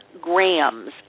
grams